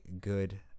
good